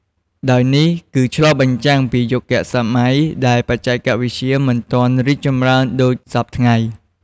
ដោយនេះគឺឆ្លុះបញ្ចាំងពីយុគសម័យដែលបច្ចេកវិទ្យាមិនទាន់រីកចម្រើនដូចសព្វថ្ងៃ។